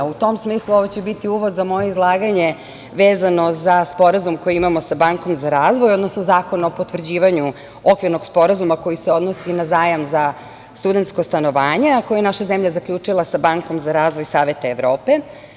U tom smislu, ovo će biti uvod za moje izlaganje vezano za sporazum koji imamo sa Bankom za razvoj, odnosno Zakon o potvrđivanju Okvirnog sporazuma koji se odnosi na zajam za studentsko stanovanje, a koji je naša zemlja zaključila sa Bankom za razvoj Saveta Evrope.